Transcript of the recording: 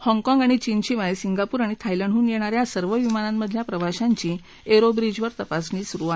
हाँगकाँग आणि चीनशिवाय सिंगापूर आणि थायलंडहून येणाऱ्या सर्व विमानांमधल्या प्रवाशांची एरो ब्रिजवर तपासणी सुरू आहे